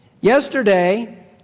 Yesterday